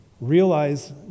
realize